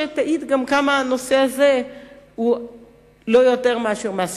שתעיד גם כמה הנושא הזה הוא לא יותר מאשר מס שפתיים,